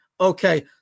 okay